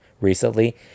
Recently